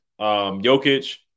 Jokic